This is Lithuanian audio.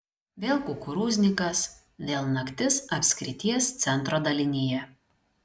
vėl kukurūznikas vėl naktis apskrities centro dalinyje